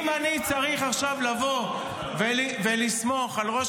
אם אני צריך עכשיו לבוא ולסמוך על ראש